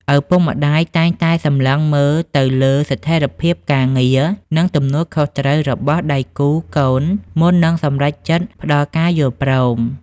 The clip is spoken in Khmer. ឪពុកម្ដាយតែងតែសម្លឹងមើលទៅលើស្ថិរភាពការងារ និងទំនួលខុសត្រូវរបស់ដៃគូកូន មុននឹងសម្រេចចិត្តផ្ដល់ការយល់ព្រម។